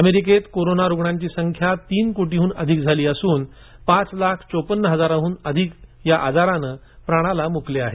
अमेरिकेत कोरोना रुग्णांची संख्या तीन कोटींहून अधिक झाली असून पाच लाख चोपन्न हजारांहून अधिक या आजारानं प्राणाला मुकले आहेत